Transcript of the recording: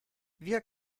wir